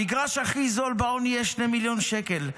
המגרש הכי זול באון יהיה 2 מיליון שקל.